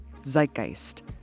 Zeitgeist